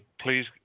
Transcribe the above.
please